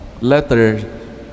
letter